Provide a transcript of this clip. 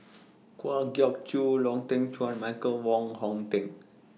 Kwa Geok Choo Lau Teng Chuan Michael Wong Hong Teng